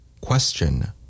Question